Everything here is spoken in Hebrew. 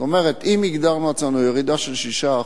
כלומר, אם הגדרנו לעצמנו ירידה של 6%,